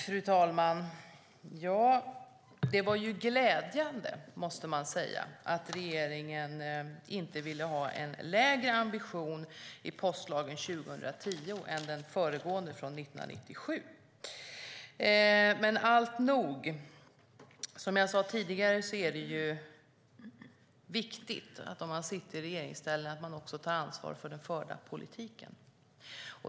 Fru talman! Det var glädjande, måste man säga, att regeringen inte ville ha en lägre ambition i postlagen 2010 än i den föregående från 1997. Som jag sade tidigare är det viktigt att man, om man sitter i regeringsställning, tar ansvar för den förda politiken.